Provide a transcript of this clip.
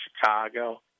Chicago